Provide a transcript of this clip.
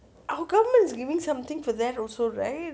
our government giving something for that also right